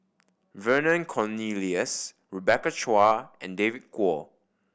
Vernon Cornelius Rebecca Chua and David Kwo